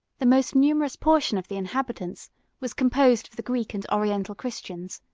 the most numerous portion of the inhabitants was composed of the greek and oriental christians,